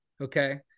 okay